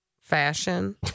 Fashion